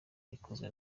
rikozwe